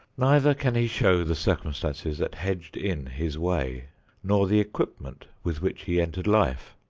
neither can he show the circumstances that hedged in his way nor the equipment with which he entered life.